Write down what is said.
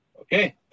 Okay